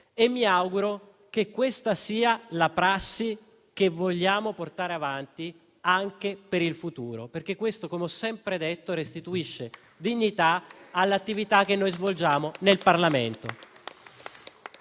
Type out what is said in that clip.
e mi auguro che sia la prassi che vogliamo portare avanti anche per il futuro, perché - come ho sempre detto - restituisce dignità all'attività che svolgiamo in Parlamento.